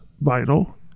vital